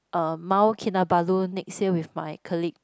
uh Mount-Kinabalu next year with my colleague